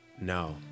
No